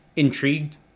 Intrigued